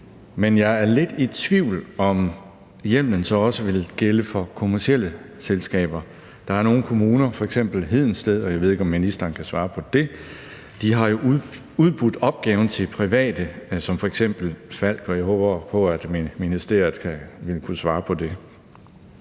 Men jeg er lidt i tvivl om, om hjemmelen så også vil gælde for kommercielle selskaber. Der er nogle kommuner, f.eks. Hedensted Kommune – jeg ved ikke, om ministeren kan svare på det – der har udbudt opgaven til private som f.eks. Falck. Jeg håber, at ministeriet kan svare på det.